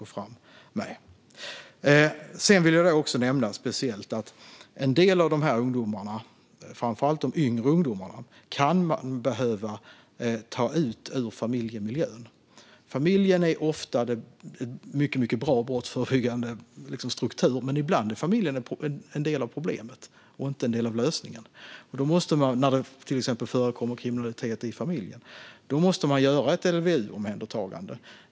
Jag vill speciellt nämna att en del av ungdomarna, framför allt de yngre ungdomarna, kan behöva tas ut ur familjemiljön. Familjen är ofta en mycket bra brottsförebyggande struktur, men ibland är familjen en del av problemet och inte en del av lösningen. När det till exempel förekommer kriminalitet i familjen måste man göra ett LVU-omhändertagande.